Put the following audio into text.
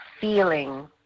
feeling